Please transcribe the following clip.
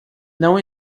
não